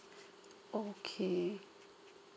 okay